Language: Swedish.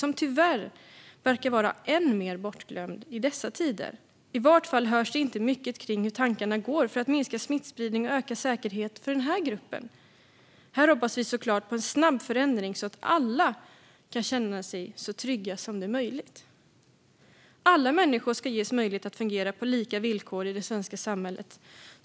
Den verkar tyvärr vara än mer bortglömd i dessa tider. I varje fall hörs det inte mycket om hur tankarna går för att minska smittspridning och öka säkerheten för den gruppen. Här hoppas vi såklart på en snabb förändring så att alla kan känna sig så trygga som möjligt. Alla människor ska ges möjlighet att fungera på lika villkor i det svenska samhället.